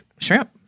shrimp